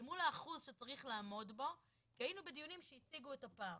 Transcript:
אל מול האחוז שצריך לעמוד בו כי היינו בדיונים שהציגו את הפער.